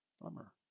Bummer